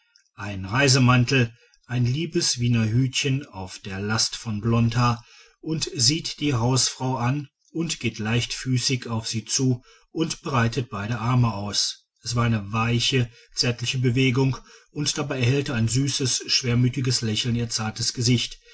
im reisemantel ein liebes wiener hütchen auf der last von blondhaar und sieht die hausfrau an und geht leichtfüßig auf sie zu und breitet beide arme aus es war eine weiche zärtliche bewegung und dabei erhellte ein süßes schwermütiges lächeln ihr zartes gesicht